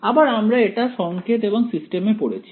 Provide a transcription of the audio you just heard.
আবার আমরা এটা সংকেত এবং সিস্টেমে পড়েছি